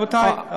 רבותי.